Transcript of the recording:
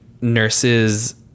nurses